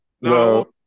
No